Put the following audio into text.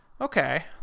Okay